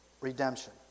redemption